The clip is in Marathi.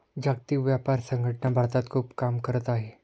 जागतिक व्यापार संघटना भारतात खूप काम करत आहे